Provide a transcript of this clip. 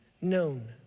known